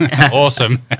awesome